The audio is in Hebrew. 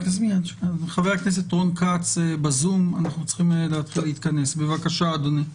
חבר הכנסת רון כץ בזום, בבקשה, אדוני.